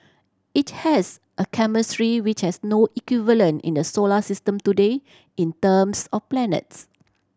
it has a chemistry which has no equivalent in the solar system today in terms of planets